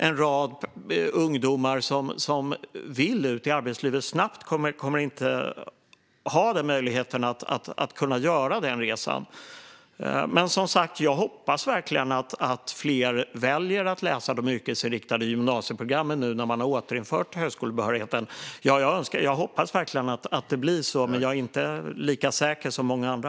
En rad ungdomar som vill ut i arbetslivet snabbt kommer inte heller att ha möjlighet att göra den resan. Jag hoppas som sagt verkligen att fler väljer att läsa de yrkesinriktade gymnasieprogrammen nu när man har återinfört högskolebehörigheten. Jag hoppas verkligen att det blir så, men jag är inte lika säker som många andra.